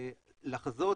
לחזות,